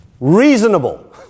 reasonable